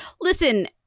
listen